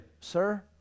sir